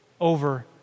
over